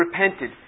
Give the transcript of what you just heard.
repented